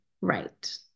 right